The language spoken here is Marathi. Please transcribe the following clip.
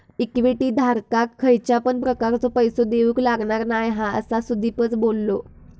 इक्विटी धारकाक खयच्या पण प्रकारचो पैसो देऊक लागणार नाय हा, असा सुदीपच बोललो